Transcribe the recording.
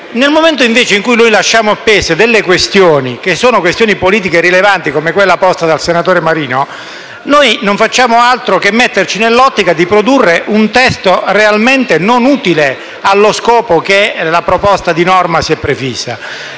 Nel momento in cui lasciamo appese questioni politiche rilevanti, come quella posta dal senatore Marino, non facciamo altro che metterci nell'ottica di produrre un testo realmente non utile allo scopo che la proposta di norma si è prefissa.